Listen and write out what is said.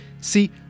See